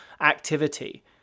activity